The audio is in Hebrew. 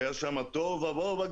היה בכביש תוהו ובוהו.